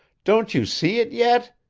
don't you see it yet?